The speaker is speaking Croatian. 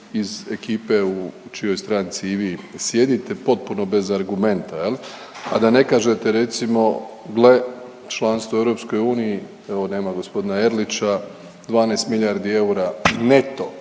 iz ekipe u čijoj stranci i vi sjedite, potpuno bez argumenta, je li, a da ne kažete recimo, gle, članstvo u EU, evo, nema g. Erlića, 12 milijardi eura neto